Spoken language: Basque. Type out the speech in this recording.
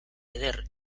eder